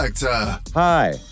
Hi